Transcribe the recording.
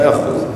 מאה אחוז.